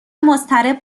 مضطرب